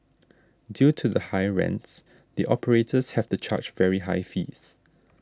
due to the high rents the operators have to charge very high fees